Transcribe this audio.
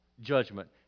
judgment